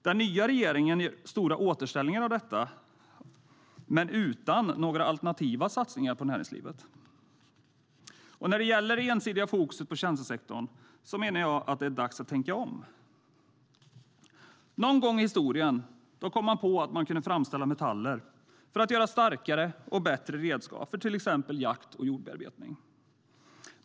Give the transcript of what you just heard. Den nya regeringen gör stora återställningar av detta men utan några alternativa satsningar på näringslivet. När det gäller det ensidiga fokuset på tjänstesektorn menar jag dock att dags att tänka om. Någon gång i historien kom man på att man kunde framställa metaller för att göra starkare och bättre redskap för till exempel jakt och jordbearbetning.